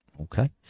Okay